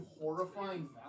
horrifying